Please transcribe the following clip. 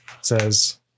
says